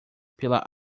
pela